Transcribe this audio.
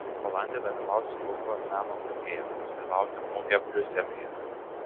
balandį dalyvausiu luvro meno mugėje paskui laukia mugė briuselyje